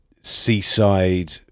seaside